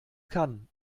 kann